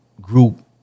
group